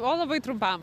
o labai trumpam